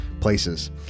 places